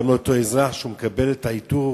גם לאותו אזרח שמקבל את העיטור